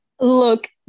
Look